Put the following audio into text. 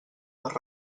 per